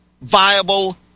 viable